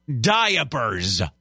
Diapers